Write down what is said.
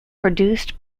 produced